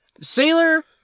sailor